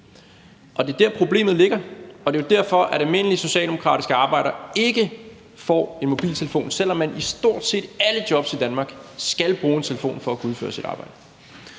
og det er der, problemet ligger. Det er jo derfor, at almindelige socialdemokratiske arbejdere ikke får en mobiltelefon, selv om man i stort set alle jobs i Danmark skal bruge telefon for at kunne udføre sit arbejde.